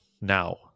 now